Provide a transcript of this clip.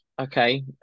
okay